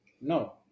No